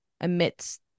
amidst